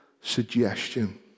suggestion